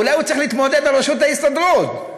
אולי הוא צריך להתמודד לראשות ההסתדרות,